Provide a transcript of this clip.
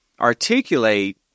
articulate